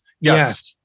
Yes